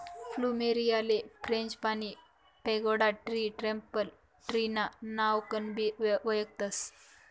फ्लुमेरीयाले frangipani, pagoda tree, temple tree ना नावकनबी वयखतस